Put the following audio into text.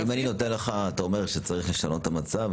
אתה אומר שצריך לשנות את המצב,